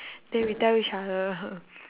then we tell each other